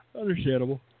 Understandable